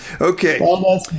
Okay